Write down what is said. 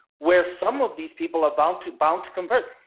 where some of these people are bound to bounce convert,